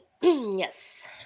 Yes